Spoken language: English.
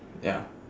ya